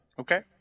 Okay